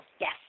yes